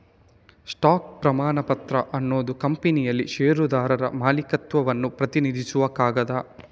stock ಪ್ರಮಾಣಪತ್ರ ಅನ್ನುದು ಕಂಪನಿಯಲ್ಲಿ ಷೇರುದಾರರ ಮಾಲೀಕತ್ವವನ್ನ ಪ್ರತಿನಿಧಿಸುವ ಕಾಗದ